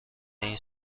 این